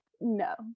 no